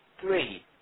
Three